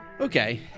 Okay